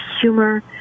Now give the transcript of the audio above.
humor